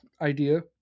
idea